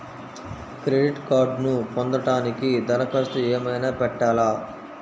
Credit కార్డ్ను పొందటానికి దరఖాస్తు ఏమయినా పెట్టాలా?